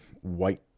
white